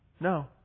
No